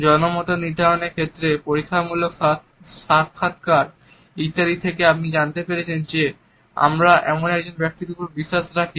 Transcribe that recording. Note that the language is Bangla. জনমত নির্ধারণের ক্ষেত্রে পরীক্ষামূলক সাক্ষাৎকার ইত্যাদি থেকে আপনি জানতে পারেন যে আমরা এমন একজন ব্যক্তির উপর বিশ্বাস রাখি